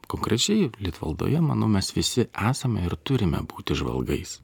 konkrečiai litvaldoje manau mes visi esame ir turime būti žvalgais